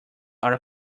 are